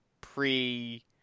pre